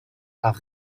par